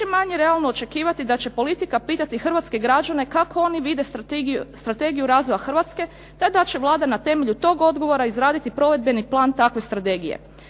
manje realno očekivati da će politika pitati hrvatske građane kako oni vide strategiju razvoja Hrvatske, te da će Vlada na temelju tog odgovora izraditi provedbeni plan takve strategije.